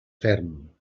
ferm